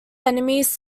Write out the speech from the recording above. enemies